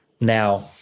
Now